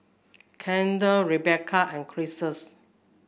Kendal Rebecca and Crissie